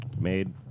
made